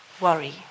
worry